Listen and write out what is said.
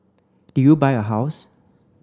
did you buy a house